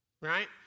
right